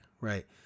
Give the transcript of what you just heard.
right